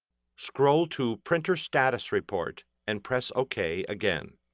scroll to printer status report and press ok again.